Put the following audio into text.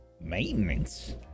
Maintenance